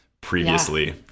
previously